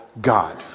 God